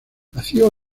nació